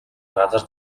газар